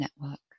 Network